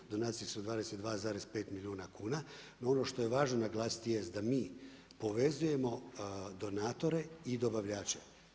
Donacije su 22,5 milijuna kuna, no ono što je važno naglasiti jest da mi povezujemo donatore i dobavljače.